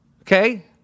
okay